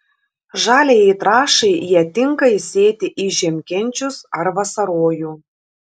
žaliajai trąšai ją tinka įsėti į žiemkenčius ar vasarojų